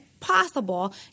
possible